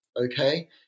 okay